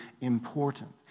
important